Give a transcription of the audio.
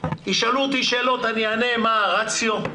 ישאלו אותי שאלות ואענה מה הרציו,